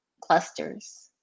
clusters